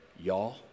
y'all